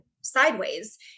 Sideways